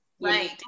Right